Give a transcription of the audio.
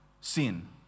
sin